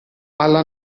alla